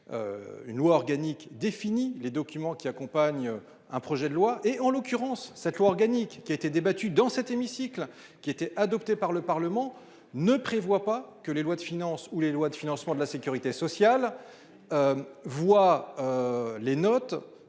Une loi organique défini les documents qui accompagne un projet de loi et en l'occurrence cette loi organique qui était débattu dans cet hémicycle qui était adopté par le Parlement ne prévoit pas que les lois de finances ou les lois de financement de la Sécurité sociale. Voit. Les notes.